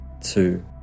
two